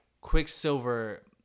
Quicksilver